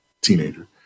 teenager